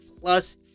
plus